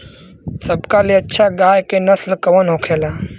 सबका ले अच्छा गाय के नस्ल कवन होखेला?